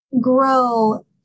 grow